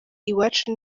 iwacu